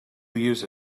use